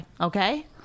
okay